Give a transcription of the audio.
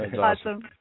Awesome